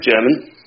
German